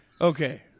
okay